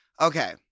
Okay